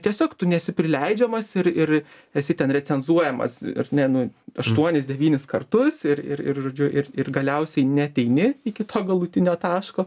tiesiog tu nesi prileidžiamas ir ir esi ten recenzuojamas ar ne nu aštuonis devynis kartus ir ir ir žodžiu ir ir galiausiai neateini iki to galutinio taško